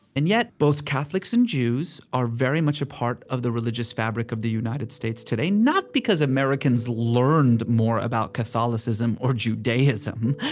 and yet, both catholics and jews are very much a part of the religious fabric of the united states today. not because americans learned more about catholicism or judaism,